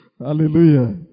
Hallelujah